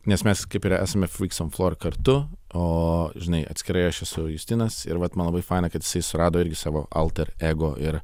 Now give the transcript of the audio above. nes mes kaip ir esame fryks on flor kartu o žinai atskirai aš esu justinas ir vat man labai faina kad jisai surado irgi savo alter ego ir